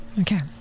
Okay